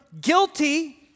guilty